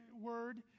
word